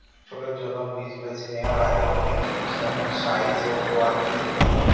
ফসলের জন্য বীজ বেছে নেওয়ার আগে অনেক জিনিস যেমল সাইজ, কোয়ালিটি দেখতে হয়